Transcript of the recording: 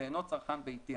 שאינו צרכן ביתי,